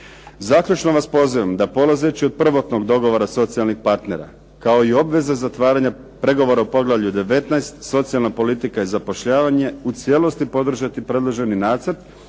Zaključno vas pozivam da polazeći od prvotnog dogovora socijalnih partnera kao i obveze zatvaranja pregovora u poglavlju 19. socijalna politika i zapošljavanje u cijelosti podržati predloženi nacrt